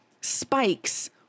spikes